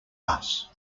bus